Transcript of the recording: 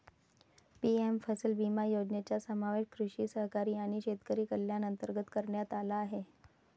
PM फसल विमा योजनेचा समावेश कृषी सहकारी आणि शेतकरी कल्याण अंतर्गत करण्यात आला आहे